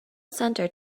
center